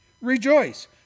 rejoice